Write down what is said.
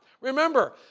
Remember